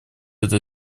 эта